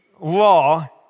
law